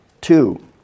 Two